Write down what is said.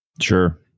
Sure